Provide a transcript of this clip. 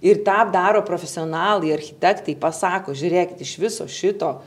ir tą daro profesionalai architektai pasako žiūrėkit iš viso šito